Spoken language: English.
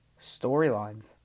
storylines